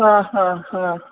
હા હા હા